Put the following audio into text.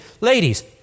Ladies